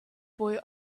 boy